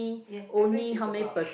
yes average is about